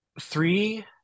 three